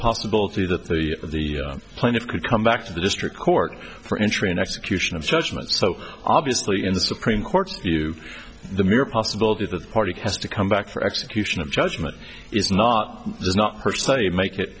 possibility that the of the planet could come back to the district court for entry an execution of judgment so obviously in the supreme court's view the mere possibility that the party has to come back for execution of judgment is not does not personally make it